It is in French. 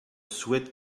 souhaite